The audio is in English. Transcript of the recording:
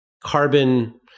carbon